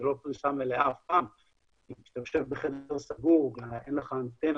זה לא פריסה מלאה אף פעם כי כשאתה יושב בחדר סגור ואין לך אנטנה